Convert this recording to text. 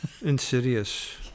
insidious